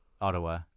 Ottawa